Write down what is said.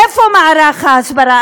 איפה מערך ההסברה?